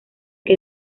que